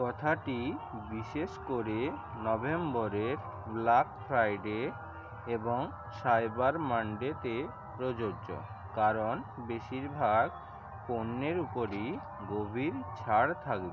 কথাটি বিশেষ করে নভেম্বরের ব্ল্যাক ফ্রাইডে এবং সাইবার মানডেতে প্রযোজ্য কারণ বেশিরভাগ পণ্যের উপরই গভীর ছাড় থাকবে